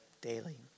daily